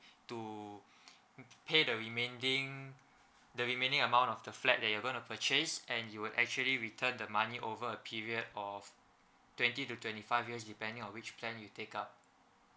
to pay the remaining the remaining amount of the flat that you're gonna purchase and you will actually return the money over a period of twenty to twenty five years depending on which plan you take up